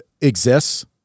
exists